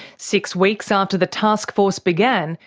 six weeks after the taskforce began,